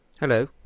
Hello